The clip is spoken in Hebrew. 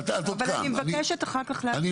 אבל אני מבקשת אחר כך --- את עוד כאן.